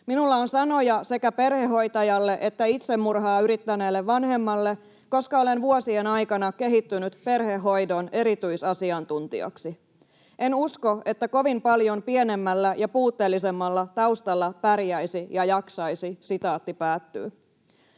Minulla on sanoja sekä perhehoitajalle että itsemurhaa yrittäneelle vanhemmalle, koska olen vuosien aikana kehittynyt perhehoidon erityisasiantuntijaksi. En usko, että kovin paljon pienemmällä ja puutteellisemmalla taustalla pärjäisi ja jaksaisi.” Arvoisa